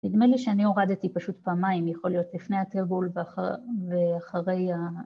נדמה לי שאני הורדתי פשוט פעמיים, יכול להיות לפני התרגול ואחרי ה...